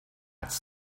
it’s